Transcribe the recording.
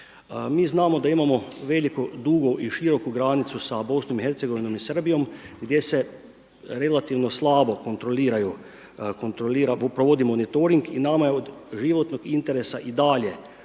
Mi znamo da imamo veliku, dugu i široku granicu sa BIH i Srbijom gdje se relativno slabo kontroliraju, provodi monitoring i nama je od životnog interesa i dalje